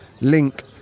link